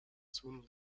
soon